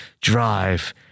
drive